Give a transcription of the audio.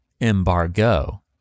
embargo